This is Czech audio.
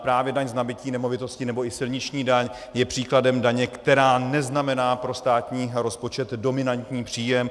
Právě daň z nabytí nemovitosti nebo i silniční daň je příkladem daně, která neznamená pro státní rozpočet dominantní příjem.